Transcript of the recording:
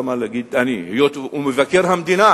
למה להגיד "אני" היות שמבקר המדינה